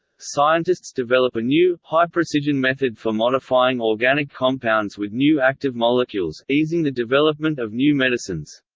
scientists develop a new, high-precision method for modifying organic compounds with new active molecules, easing the development of new medicines.